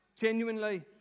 Genuinely